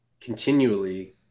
continually